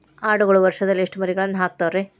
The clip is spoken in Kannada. ಆಡುಗಳು ವರುಷದಲ್ಲಿ ಎಷ್ಟು ಮರಿಗಳನ್ನು ಹಾಕ್ತಾವ ರೇ?